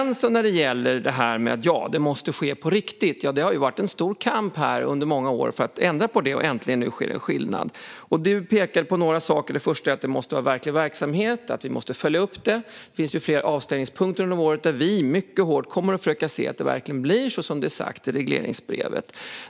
När det sedan gäller det här med att det måste ske på riktigt har det varit en stor kamp under många år för att ändra på det, och äntligen sker nu en förändring. Du pekade på några saker. Den första var att det måste vara verklig verksamhet och att vi måste följa upp den. Det finns flera avstämningspunkter där vi mycket hårt kommer att försöka se till så att det verkligen blir så som det är sagt i regleringsbrevet.